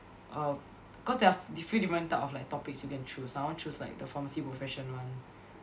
err cause there are d~ few different type of like topics you can choose I want choose like the pharmacy profession one